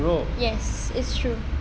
yes it's true